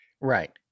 right